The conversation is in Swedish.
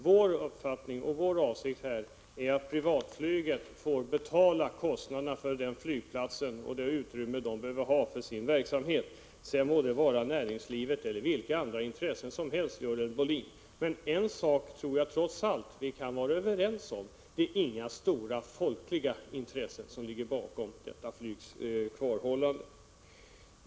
Vår uppfattning är att privatflyget får betala kostnaderna för det utrymme som man behöver för sin verksamhet — det må sedan vara näringslivet eller vilka andra intressen som helst, Görel Bohlin. Jag tror att vi trots allt kan vara överens om en sak: Det är inga stora folkliga intressen som ligger bakom privatflygets kvarhållande.